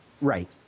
Right